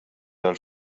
għall